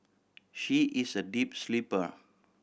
she is a deep sleeper